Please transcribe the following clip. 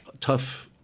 tough